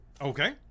Okay